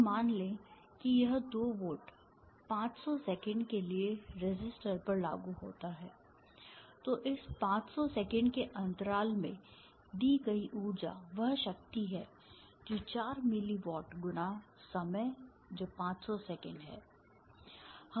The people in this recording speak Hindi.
अब मान लें कि यह 2 वोल्ट 500 सेकंड के लिए रेसिस्टर पर लागू होता है तो इस 500 सेकंड के अंतराल में दी गई ऊर्जा वह शक्ति है जो 4 मिली वाट × समय जो 500 सेकंड है